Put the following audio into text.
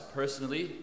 personally